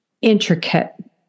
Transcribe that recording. intricate